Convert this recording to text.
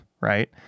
right